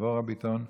דבורה ביטון,